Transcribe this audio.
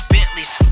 Bentleys